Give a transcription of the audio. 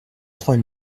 trois